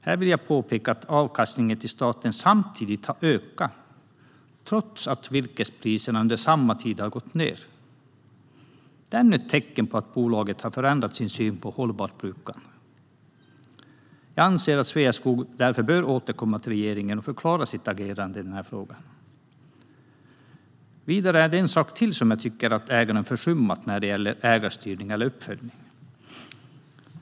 Här vill jag påpeka att avkastningen till staten har ökat trots att virkespriserna under samma tid har gått ned. Det är ännu ett tecken på att bolaget har förändrat sin syn på hållbart brukande. Jag anser därför att Sveaskog bör återkomma till regeringen och förklara sitt agerande i denna fråga. Det finns en sak till som jag tycker att ägaren har försummat när det gäller ägarstyrning eller uppföljning.